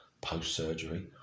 post-surgery